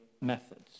methods